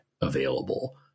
available